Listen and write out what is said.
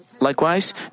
Likewise